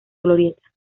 glorieta